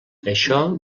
això